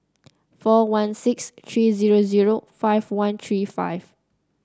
four one six three zero zero five one three five